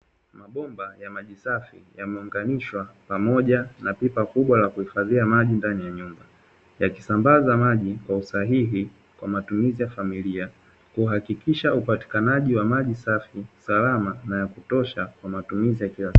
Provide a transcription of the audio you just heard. Mabomba ya maji safi yameunganishwa pamoja na pipa kubwa la kuhifadhia maji ndani ya nyumba, yakisambaza maji kwa usahihi kwa matumizi ya familia kuhakikisha upatikanaji wa maji safi, salama na ya kutosha kwa matumizi ya kila siku.